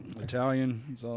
Italian